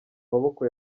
maboko